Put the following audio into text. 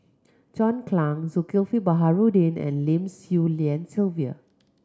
John Clang Zulkifli Baharudin and Lim Swee Lian Sylvia